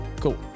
Cool